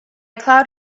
cloud